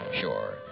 sure